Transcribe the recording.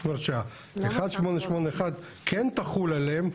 זאת אומרת ש-1881 כן תחול עליהם,